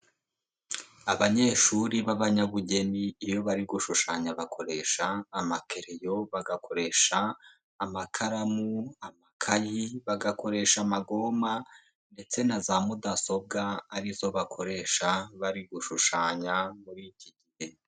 Abanyeshuri b'abanyabugeni iyo bari gushushanya bakoresha amakereyo, bagakoresha amakaramu, amakayi, bagakoresha amagoma ndetse na za mudasobwa arizo bakoresha bari gushushanya muri iki gihe.